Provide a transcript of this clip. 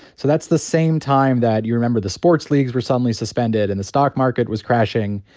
so that's the same time that you remember the sports leagues were suddenly suspended, and the stock market was crashing.